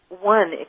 one